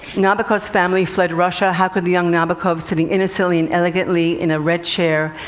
nabokov's family fled russia. how could the young nabokov, sitting innocently and elegantly in a red chair,